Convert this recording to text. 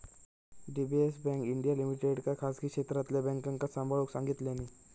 DBS bank India लिमिटेडका खासगी क्षेत्रातल्या बॅन्कांका सांभाळूक सांगितल्यानी